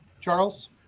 Charles